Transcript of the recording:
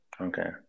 Okay